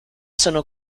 sono